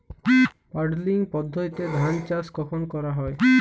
Puddling পদ্ধতিতে ধান চাষ কখন করা হয়?